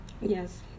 Yes